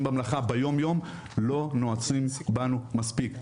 במלאכה ביום יום לא נועצים בנו מספיק.